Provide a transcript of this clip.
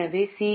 எனவே சி